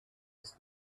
his